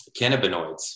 cannabinoids